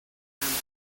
lesbian